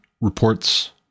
reports